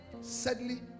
sadly